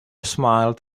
smiled